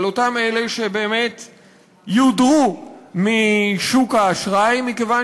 על אותם אלה שיודרו משוק האשראי מכיוון